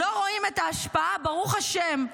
לא רואים את ההשפעה, ברוך השם,